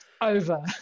over